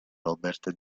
robert